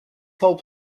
whole